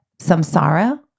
samsara